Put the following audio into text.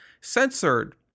censored